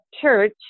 church